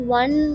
one